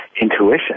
intuition